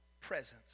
presence